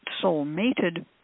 soul-mated